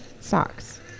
socks